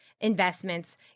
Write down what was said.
investments